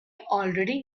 already